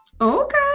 Okay